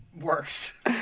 works